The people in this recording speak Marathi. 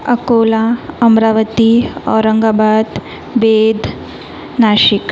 अकोला अमरावती औरंगाबाद बीढ नाशिक